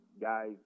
guys